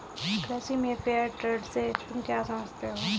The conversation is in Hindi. कृषि में फेयर ट्रेड से तुम क्या समझते हो?